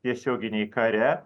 tiesioginėj kare